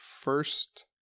first